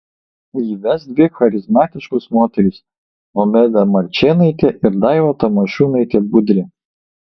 jį ves dvi charizmatiškos moterys nomeda marčėnaitė ir daiva tamošiūnaitė budrė